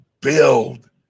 build